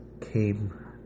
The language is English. came